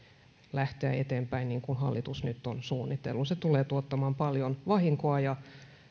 lähteä eteenpäin niin kuin hallitus nyt on suunnitellut se tulee tuottamaan paljon vahinkoa ja